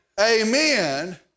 amen